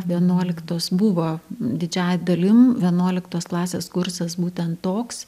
vienuoliktos buvo didžiąja dalim vienuoliktos klasės kursas būtent toks